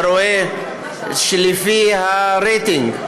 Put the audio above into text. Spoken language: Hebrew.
אתה רואה שלפי הרייטינג,